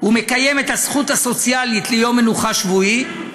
"הוא מקיים את הזכות הסוציאלית ליום מנוחה שבועי,